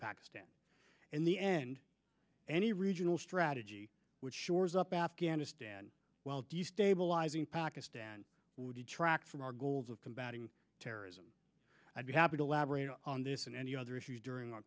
pakistan and the end any regional strategy which shores up afghanistan while destabilizing pakistan would detract from our goals of combating terrorism i'd be happy to labrinth on this and any other issue during our